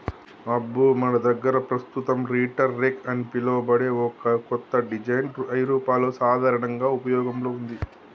అబ్బో మన దగ్గర పస్తుతం రీటర్ రెక్ అని పిలువబడే ఓ కత్త డిజైన్ ఐరోపాలో సాధారనంగా ఉపయోగంలో ఉంది